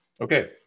Okay